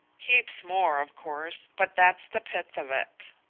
heaps more, of course, but that's the pith of it.